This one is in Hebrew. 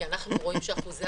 כי אנחנו רואים שאחוזי